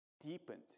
deepened